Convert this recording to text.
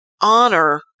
honor